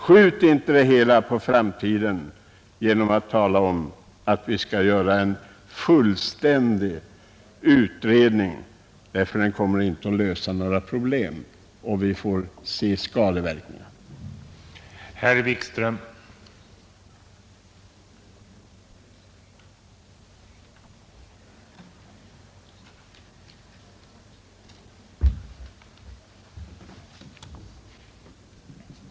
Skjut inte denna sak på framtiden genom att tala om att vi skall göra en fullständig utredning! Den kommer inte att lösa några problem, utan då får vi bara känna av skadeverkningarna av ett dröjsmål.